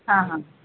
ହଁ ହଁ